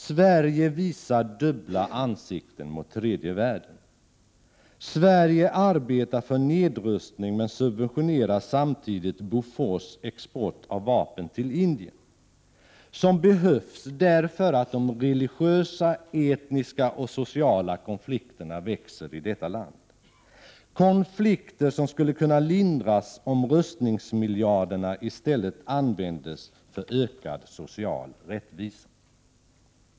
Sverige visar dubbla ansikten mot tredje världen. Sverige arbetar för nedrustning men subventionerar samtidigt Bofors export av vapen till Indien, något som behövs därför att de religiösa, etniska och sociala konflikterna i detta land växer — konflikter som skulle kunna lindras om rustningsmiljarderna i stället kunde användas för ökad social rättvisa.